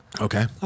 Okay